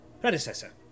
predecessor